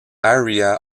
area